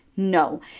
No